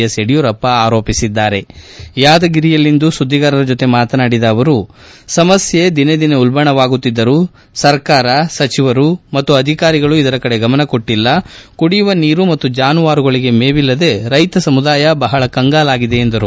S Yediyurappa ಆರೋಪಿಸಿದ್ದಾರೆ ಯಾದಗಿರಿಯಲ್ಲಿಂದು ಸುದ್ದಿಗಾರರ ಜೊತೆ ಮಾತನಾಡಿದ ಅವರು ಸಮಸ್ಯೆ ದಿನೆ ದಿನೆ ಉಲ್ಬಣವಾಗುತ್ತಿದ್ದರೂ ಸರ್ಕಾರ ಮತ್ತು ಸಚಿವರು ಅಧಿಕಾರಿಗಳು ಇದರ ಕಡೆ ಗಮನಕೊಟ್ಟಿಲ್ಲ ಕುಡಿಯುವ ನೀರು ಮತ್ತು ಜಾನುವಾರುಗಳಿಗೆ ಮೇವಿಲ್ಲದೆ ರೈತ ಸಮುದಾಯ ಬಹಳ ಕಂಗಾಲಾಗಿದೆ ಎಂದು ಹೇಳಿದರು